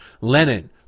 lenin